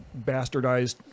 bastardized